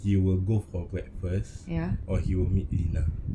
he will go for breakfast or he will meet lina